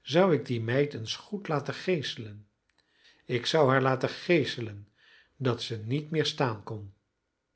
zou ik die meid eens goed laten geeselen ik zou haar laten geeselen dat ze niet meer staan kon